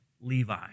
Levi